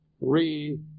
re